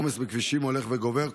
העומס בכבישים הולך וגובר.